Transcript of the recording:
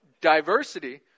diversity